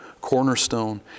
cornerstone